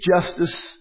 Justice